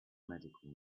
medical